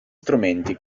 strumenti